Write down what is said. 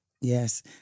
yes